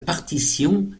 partition